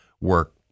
work